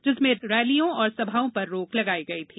जिसमें रैलियों और सभाओं पर रोक लगाई गई थी